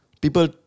People